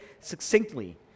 succinctly